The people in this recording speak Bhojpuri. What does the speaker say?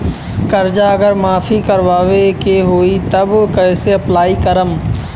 कर्जा अगर माफी करवावे के होई तब कैसे अप्लाई करम?